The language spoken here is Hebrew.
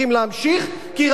כי רציתם לסיים.